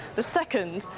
the second,